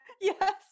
Yes